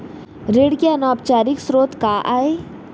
ऋण के अनौपचारिक स्रोत का आय?